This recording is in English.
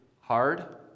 hard